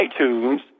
iTunes